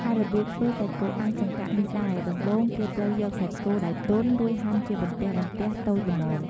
ឯរបៀបធ្វើសាច់់គោអាំងចង្កាក់នេះដែរ ដំបូងគេត្រូវការសាច់គោដែលទន់ រួចហាន់ជាបន្ទះៗតូចល្មម។